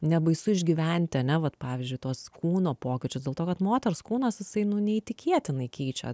nebaisu išgyventi ane vat pavyzdžiui tuos kūno pokyčius dėl to kad moters kūnas jisai nu neįtikėtinai keičia